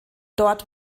dort